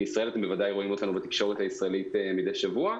בישראל אתם בוודאי רואים אותנו התקשורת הישראלית מדי שבוע.